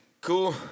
Cool